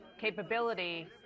capability